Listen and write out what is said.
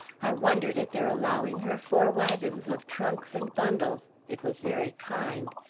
i wondered at their allowing her four wagons of trunks and bundles it was very kind.